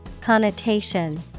Connotation